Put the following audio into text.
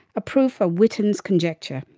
a proof of witten's conjecture,